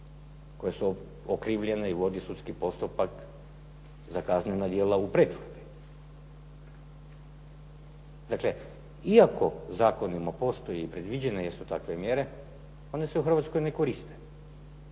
koje su okrivljene i vodi sudski postupak za kaznena djela u pretvorbi? Dakle, iako zakonima postoji i predviđene su takve mjere, one se u Hrvatskoj ne koriste.